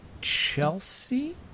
Chelsea